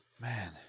Man